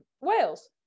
Wales